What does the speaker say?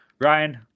Ryan